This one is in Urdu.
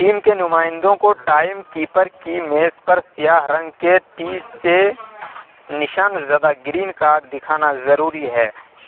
ٹیم کے نمائندوں کو ٹائم کیپر کی میز پر سیاہ رنگ کے ٹی سے نشان زدہ گرین کارڈ دکھانا ضروری ہے